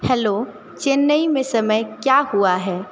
hello Chennai में समय क्या हुआ है